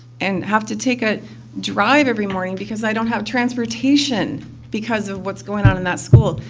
and have to take a drive every morning because i don't have transportation because of what's going on in that school.